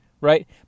right